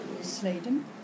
Sladen